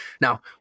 Now